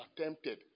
attempted